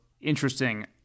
interesting